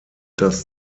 das